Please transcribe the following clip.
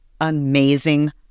amazing